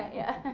yeah.